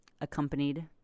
accompanied